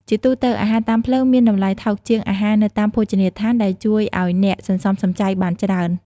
ជាទូទៅ អាហារតាមផ្លូវមានតម្លៃថោកជាងអាហារនៅតាមភោជនីយដ្ឋាន ដែលជួយឲ្យអ្នកសន្សំសំចៃបានច្រើន។